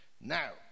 Now